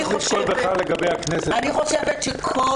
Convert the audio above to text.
אני חושבת שכל